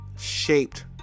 shaped